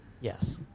Yes